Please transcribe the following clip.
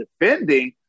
defending